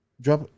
Drop